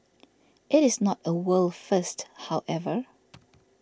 it is not a world first however